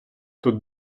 тут